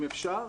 אם אפשר,